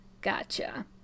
Gotcha